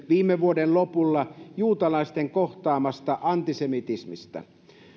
viime vuoden lopulla laajan selvityksen juutalaisten kohtaamasta antisemitismistä